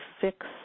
fix